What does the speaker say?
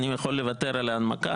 אני יכול לוותר על ההנמקה,